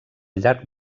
llarg